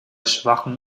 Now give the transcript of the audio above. schwachem